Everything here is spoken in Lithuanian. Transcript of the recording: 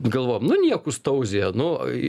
galvojam nu niekus tauzija nu